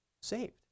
saved